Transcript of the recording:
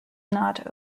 not